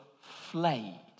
flayed